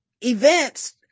events